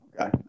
Okay